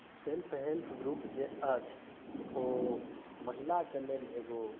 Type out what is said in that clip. self help group जे अछि ओ महिलाके लेल एगो